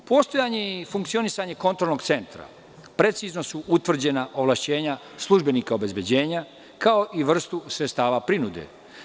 Postojanjem i funkcionisanjem kontrolnog centra precizno su utvrđena ovlašćenja službenika obezbeđenja, kao i vrsta sredstava prinude.